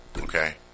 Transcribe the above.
Okay